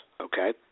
okay